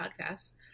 podcasts